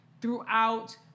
throughout